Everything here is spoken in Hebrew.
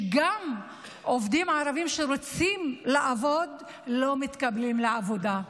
גם עובדים ערבים שרוצים לעבוד לא מתקבלים לעבודה.